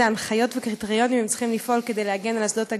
הנחיות וקריטריונים הם צריכים לפעול כדי להגן על אסדות הגז.